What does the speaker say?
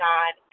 God